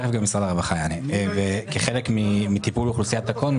כחלק מטיפול באוכלוסיית תקון,